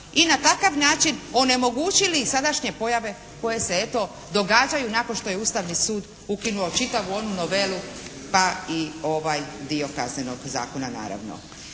I na takav način onemogućili sadašnje pojave koje se eto događaju nakon što je Ustavni sud ukinuo čitavu onu novelu pa i ovaj dio Kaznenog zakona naravno.